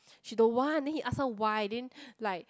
she don't want then he ask her why then like